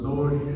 Lord